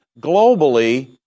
globally